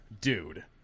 Dude